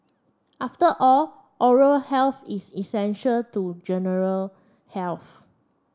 after all oral health is essential to general health